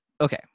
okay